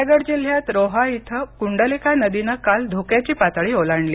रायगड जिल्ह्यात रोहा इथं कुंडलिका नदीनं काल धोक्याची पातळी ओलांडली